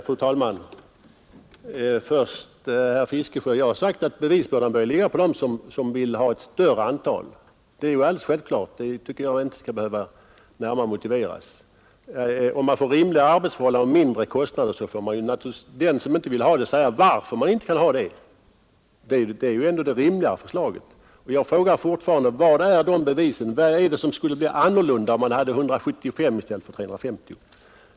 Fru talman! Först vill jag säga till herr Fiskesjö att vad jag sagt är att bevisbördan bör ligga på dem som vill ha ett större antal ledamöter. Det är alldeles självklart, och det tycker jag inte behöver motiveras närmare. Om man med ett färre antal ledamöter får rimligare arbetsförhållanden och mindre kostnader, så ankommer det givetvis på den som inte vill ha det att förklara varför han inte vill det. Det är ju ändå det rimligare förslaget. Jag frågar därför: Var finns bevisen för att det skulle bli annorlunda — och vad skulle bli annorlunda — om man hade 175 ledamöter i stället för 350?